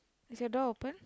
is your door open